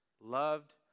loved